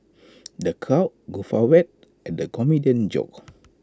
the crowd guffawed at the comedian's jokes